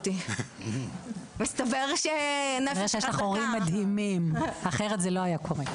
כנראה שיש לך הורים מדהימים, אחרת זה לא היה קורה.